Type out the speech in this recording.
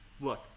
Look